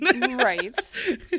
Right